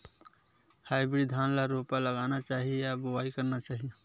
Hybrid धान ल रोपा लगाना चाही या बोआई करना चाही?